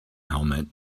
helmet